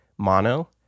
mono